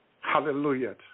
Hallelujah